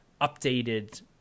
updated